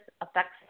affects